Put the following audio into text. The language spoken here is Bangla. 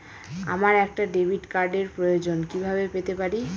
আমার একটা ডেবিট কার্ডের প্রয়োজন কিভাবে পেতে পারি?